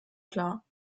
klar